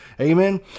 Amen